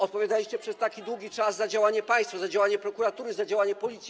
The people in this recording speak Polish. Odpowiadaliście przez tak długi czas za działanie państwa, za działanie prokuratury, za działanie Policji.